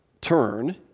turn